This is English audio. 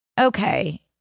Okay